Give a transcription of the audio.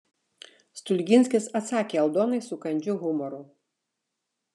stulginskis atsakė aldonai su kandžiu humoru